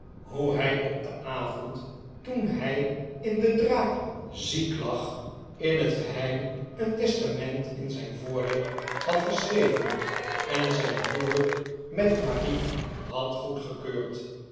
hoe hij op den avond toen hij in de draak ziek lag in het geheim een testament in zijn voordeel had geschreven en zijn huwelijk met marie had goedgekeurd